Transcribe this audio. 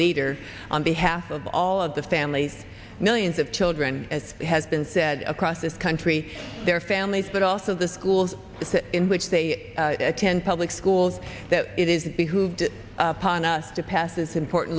leader on behalf of all of the families millions of children as has been said across this country their families but also the schools in which they attend public schools that it is behooves upon us to pass this important